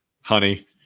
honey